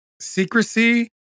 secrecy